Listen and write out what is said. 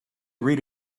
read